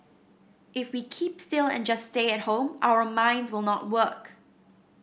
if we keep still and just stay at home our minds will not work